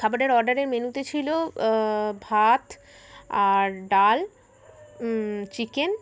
খাবারের অর্ডারের মেনুতে ছিলো ভাত আর ডাল চিকেন